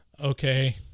okay